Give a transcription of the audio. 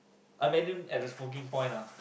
I met him in the smoking point lah